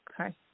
okay